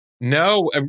No